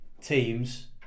teams